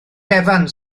evans